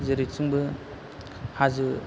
जेरैथिंबो हाजो